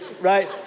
right